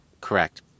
Correct